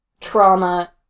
trauma